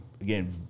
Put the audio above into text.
again